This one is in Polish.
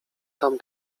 tam